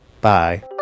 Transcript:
bye